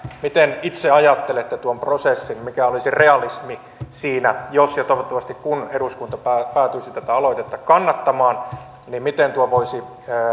miten itse ajattelette tuon prosessin mikä olisi realismi siinä jos ja toivottavasti kun eduskunta päätyisi tätä aloitetta kannattamaan miten tuo voisi